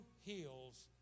heals